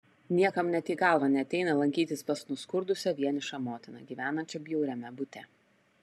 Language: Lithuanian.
niekam net į galvą neateina lankytis pas nuskurdusią vienišą motiną gyvenančią bjauriame bute